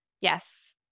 Yes